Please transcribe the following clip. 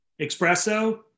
Espresso